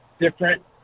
different